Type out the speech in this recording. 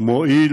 מועיל